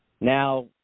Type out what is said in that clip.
Now